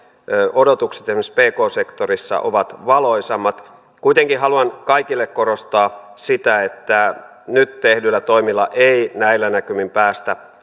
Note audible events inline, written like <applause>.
odotukset esimerkiksi pk sektorilla ovat valoisammat kuitenkin haluan kaikille korostaa sitä että nyt tehdyillä toimilla ei näillä näkymin päästä <unintelligible>